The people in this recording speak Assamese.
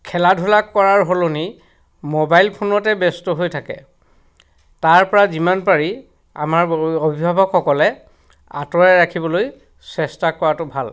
খেলা ধূলা কৰাৰ সলনি মোবাইল ফোনতে ব্যস্ত হৈ থাকে তাৰপৰা যিমান পাৰি আমাৰ অভিভাৱকসকলে আঁতৰাই ৰাখিবলৈ চেষ্টা কৰাটো ভাল